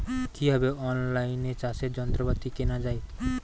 কিভাবে অন লাইনে চাষের যন্ত্রপাতি কেনা য়ায়?